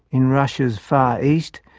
in russia's far east,